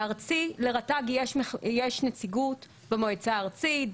בארצי לרט"ג יש נציגות במועצה הארצית,